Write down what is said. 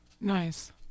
Nice